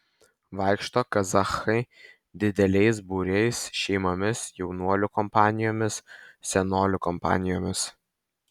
vaikšto kazachai dideliais būriais šeimomis jaunuolių kompanijomis senolių kompanijomis